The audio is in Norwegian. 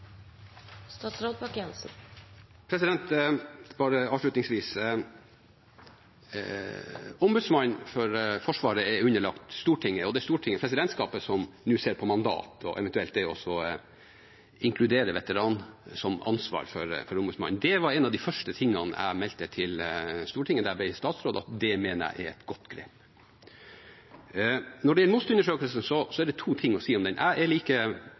underlagt Stortinget. Det er presidentskapet som nå ser på mandatet og på det eventuelt å inkludere veteraner som et ansvar for Ombudsmannen. En av de første tingene jeg meldte til Stortinget da jeg ble statsråd, var at jeg mener det er et godt grep. Når det gjelder MOST-undersøkelsen, er det to ting å si om den: Jeg er like